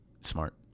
Smart